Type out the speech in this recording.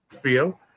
feel